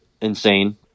insane